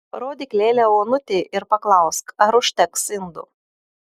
parodyk lėlę onutei ir paklausk ar užteks indų